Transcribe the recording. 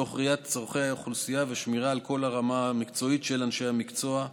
תוך ראיית צורכי האוכלוסייה ושמירה על הרמה המקצועית של אנשי המקצוע,